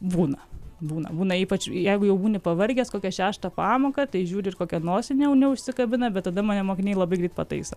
būna būna būna ypač jeigu jau būni pavargęs kokią šeštą pamoką tai žiūri ir kokią nosinę neužsikabina bet tada mane mokiniai labai greit pataiso